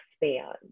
expand